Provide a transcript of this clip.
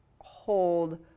hold